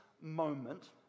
moment